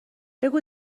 بگو